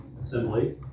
assembly